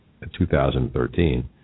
2013